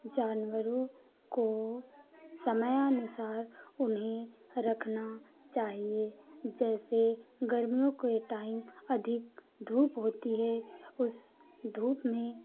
जानवरों को समय अनुसार उन्हें रखना चाहिए जैसे गर्मियों के टाइम अधिक धूप होती है उस धूप में